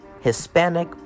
hispanic